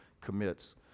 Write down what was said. commits